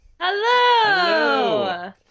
Hello